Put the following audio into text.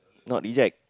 not eject